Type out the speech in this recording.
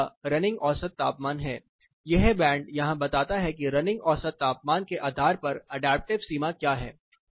लाल रेखा रनिंग औसत तापमान है यह बैंड यहां बताता है कि रनिंग औसत तापमान के आधार पर अडैप्टिव सीमा क्या है